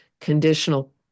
conditional